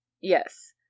Yes